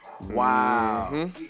Wow